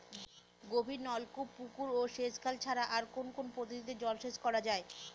গভীরনলকূপ পুকুর ও সেচখাল ছাড়া আর কোন কোন পদ্ধতিতে জলসেচ করা যায়?